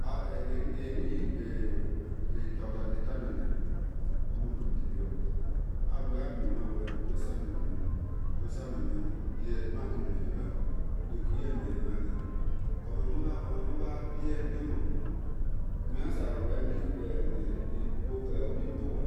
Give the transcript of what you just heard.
enetanimetananin omama de yo amion-mhan owe dho samen nimewon dho samen nime won rie-kpama kun nimen rieku yenime dho uwiyan sabowe nobhi-bowa